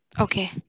Okay